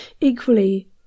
equally